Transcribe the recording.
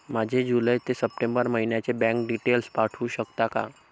माझे जुलै ते सप्टेंबर महिन्याचे बँक डिटेल्स पाठवू शकता का?